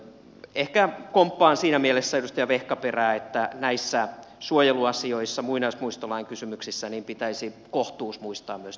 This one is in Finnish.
ehkä komppaan siinä mielessä edustaja vehkaperää että näissä suojeluasioissa muinaismuistolain kysymyksissä pitäisi kohtuus muistaa myös tulevaisuudessa